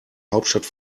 hauptstadt